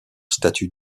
statut